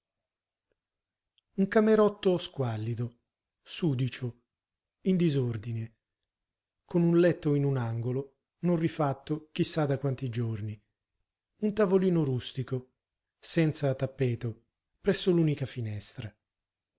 un camerotto squallido sudicio in disordine con un letto in un angolo non rifatto chi sa da quanti giorni un tavolino rustico senza tappeto presso l'unica finestra